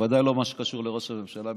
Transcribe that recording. בוודאי לא מה שקשור לראש הממשלה,